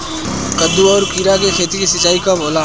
कदु और किरा के खेती में सिंचाई कब होला?